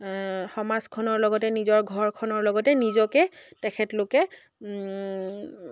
সমাজখনৰ লগতে নিজৰ ঘৰখনৰ লগতে নিজকে তেখেতলোকে